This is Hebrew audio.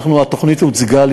התוכנית הוצגה לי.